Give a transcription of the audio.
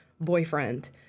boyfriend